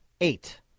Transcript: eight